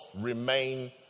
remain